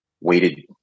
weighted